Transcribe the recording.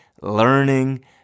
learning